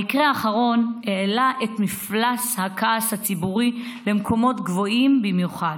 המקרה האחרון העלה את מפלס הכעס הציבורי למקומות גבוהים במיוחד,